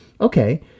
okay